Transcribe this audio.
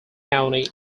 county